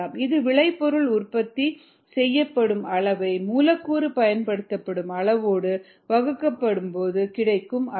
இது விளைபொருள் உற்பத்தி செய்யப்படும் அளவை மூலக்கூறு பயன்படுத்தப்படும் அளவோடு வகுக்கப்படும் போது கிடைக்கும் அளவு